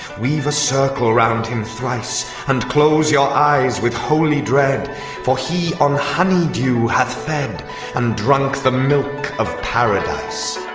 weave a circle round him thrice and close your eyes with holy dread for he on honey-dew hath fed and drunk the milk of paradise.